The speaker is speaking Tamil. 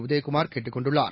உதயகுமார் கேட்டுக் கொண்டுள்ளார்